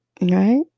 right